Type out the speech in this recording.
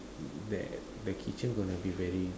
that the kitchen going to be very